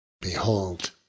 Behold